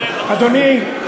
אדוני,